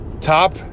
top